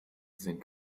sind